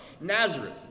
Nazareth